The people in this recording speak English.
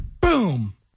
boom